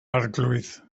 arglwydd